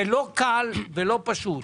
זה לא קל ולא פשוט.